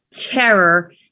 terror